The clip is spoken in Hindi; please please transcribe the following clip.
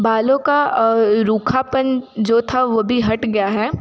बालों का रूखापन जो था वो भी हट गया है